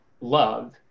love